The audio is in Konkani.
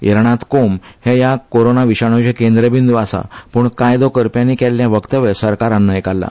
इराणात कोम हे ह्या कोरोना विशाणूचे केंद्रबिंद् आसा पूण कायदो करप्यानी केल्ल्या वक्तव्याचे सरकारान न्हयकारला